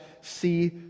see